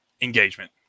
engagement